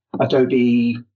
adobe